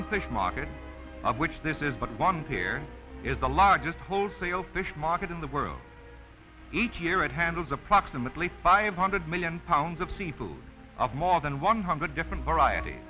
fulton fish market of which this is but one here is the largest wholesale fish market in the world each year it handles approximately five hundred million pounds of seafood of more than one hundred different variet